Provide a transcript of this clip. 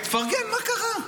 תפרגן, מה קרה.